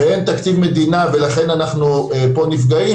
שאין תקציב מדינה ולכן אנחנו נפגעים,